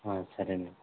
సరేండి